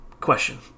question